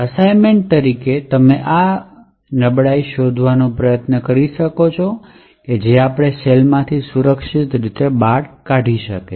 assignment તરીકે તમે આ નબળાઈને સંશોધિત કરવાનો પ્રયાસ કરી શકો છો જે આપણે શેલમાંથી સુરક્ષિત રીતે બહાર નીકળવા માટે કર્યું છે